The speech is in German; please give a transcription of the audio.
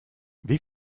wie